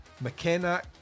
McKenna